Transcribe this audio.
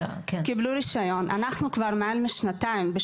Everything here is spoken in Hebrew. כבר מעל שנתיים,